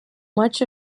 much